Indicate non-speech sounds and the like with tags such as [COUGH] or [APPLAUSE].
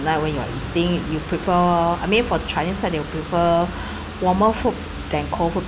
night when you are eating you prefer I mean for the chinese side they will prefer [BREATH] warmer food than cold food